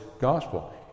gospel